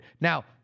now